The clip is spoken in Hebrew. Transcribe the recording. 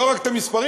לא רק את המספרים,